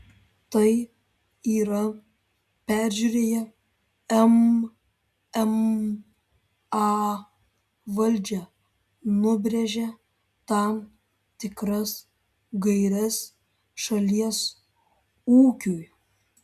tai yra peržiūrėję mma valdžia nubrėžia tam tikras gaires šalies ūkiui